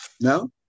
No